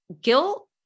guilt